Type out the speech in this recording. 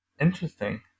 Interesting